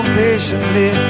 patiently